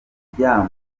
kuryama